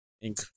ink